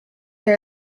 her